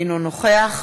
אינו נוכח